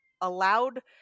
allowed